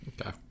Okay